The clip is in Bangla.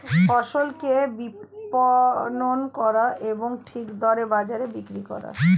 ফসলকে বিপণন করা এবং ঠিক দরে বাজারে বিক্রি করা